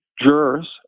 jurors